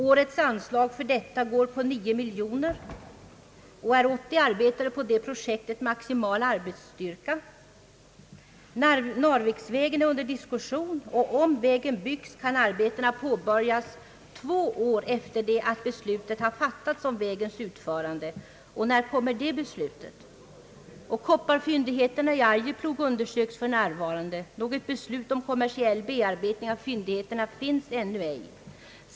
Årets anslag för detta ändamål går på 9 miljoner kronor. Är 80 arbetare på det projektet maximal arbetsstyrka? Narviksvägen är under diskussion, och om vägen byggs kan arbetena påbörjas två år efter det att beslut fattats om vägens utförande. När kommer det beslutet? Kopparfyndigheterna i Arjeplog undersöks för närvarande. Något beslut om kommersiell bearbetning av fyndigheterna föreligger ännu ej.